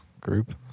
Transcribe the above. group